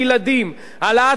העלאת שכר המינימום,